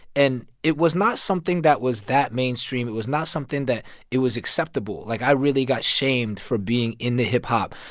and it was not something that was that mainstream. it was not something that it was acceptable. like, i really got shamed for being into hip-hop.